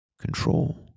control